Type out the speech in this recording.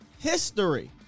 history